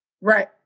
Right